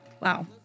wow